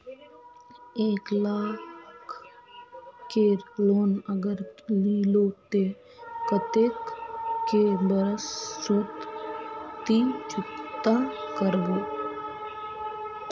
एक लाख केर लोन अगर लिलो ते कतेक कै बरश सोत ती चुकता करबो?